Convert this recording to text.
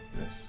Yes